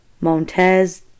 montez